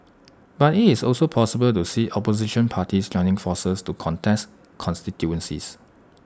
but it's also possible to see opposition parties joining forces to contest constituencies